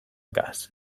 gas